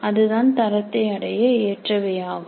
அதுதான் தரத்தை அடைய ஏற்றவையாகும்